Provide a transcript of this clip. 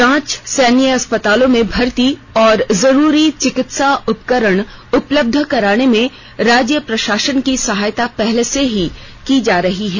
जांच सैन्य अस्पतालों में भर्ती और जरुरी चिकित्सा उपकरण उपलब्ध कराने में राज्य प्रशासन की सहायता पहले ही से की जा रही है